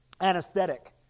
anesthetic